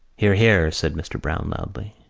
hear, hear! said mr. browne loudly.